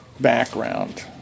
background